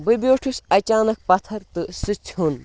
بہٕ بیوٗٹھُس اَچانک پَتھَر تہٕ سُہ ژھیوٚن